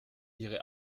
ihre